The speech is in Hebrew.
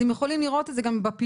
אתם יכולים לראות את זה גם בפילוח,